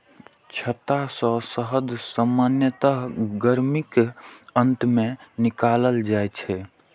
छत्ता सं शहद सामान्यतः गर्मीक अंत मे निकालल जाइ छै